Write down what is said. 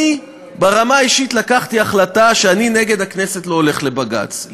אני ברמה האישית לקחתי החלטה שאני נגד הכנסת לא הולך לבג"ץ.